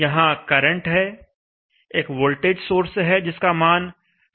यहां करंट है एक वोल्टेज सोर्स है जिसका मान 0 निर्धारित किया गया है